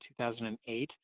2008